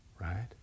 right